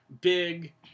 big